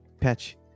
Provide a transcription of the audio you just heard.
patch